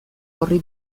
horri